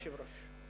אדוני היושב-ראש,